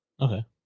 okay